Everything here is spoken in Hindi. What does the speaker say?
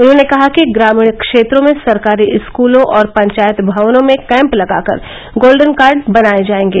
उन्होंने कहा कि ग्रामीण क्षेत्रों में सरकारी स्कूलों और पंचायत भवनों में कैंप लगाकर गोल्डन कार्ड बनाए जाएंगे